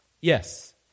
Yes